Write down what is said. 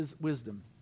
wisdom